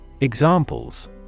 Examples